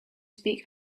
speak